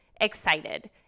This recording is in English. excited